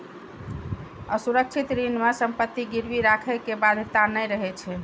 असुरक्षित ऋण मे संपत्ति गिरवी राखै के बाध्यता नै रहै छै